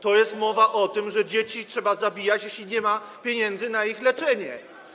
Tu jest mowa o tym, że dzieci trzeba zabijać, jeśli nie ma pieniędzy na ich leczenie.